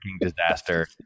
disaster